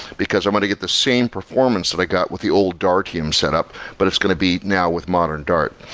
because i want to get the same performance that i got with the old dartium set up, but it's going to be now with modern dart.